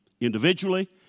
individually